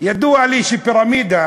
וידוע לי שפירמידה